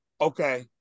Okay